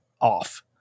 off